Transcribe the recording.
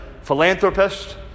philanthropist